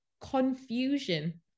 confusion